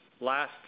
last